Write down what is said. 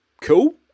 cool